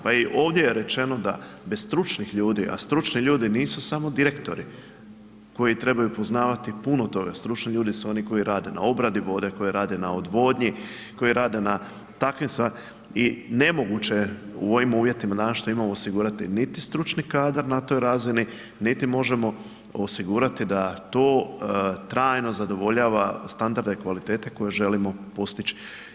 Pa i ovdje je rečeno da bez stručnih ljudi a stručni ljudi nisu samo direktori koji trebaju poznavati puno toga, stručni ljudi su oni koji rade na obradi vode, koji rade na odvodnji, koji rade na takvim stvarima i nemoguće je u ovim uvjetima danas što imamo osigurati niti stručni kadar na toj razini niti možemo osigurati da to trajno zadovoljava standarde kvalitete koje želimo postići.